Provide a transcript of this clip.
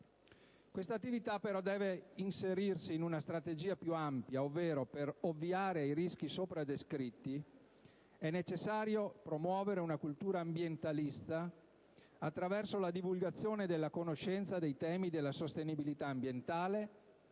necessariamente inserirsi in una strategia più ampia; ovvero, per ovviare ai rischi sopra descritti è necessario innanzitutto promuovere una cultura ambientalista attraverso la divulgazione della conoscenza dei temi della sostenibilità ambientale